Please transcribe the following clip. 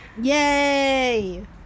Yay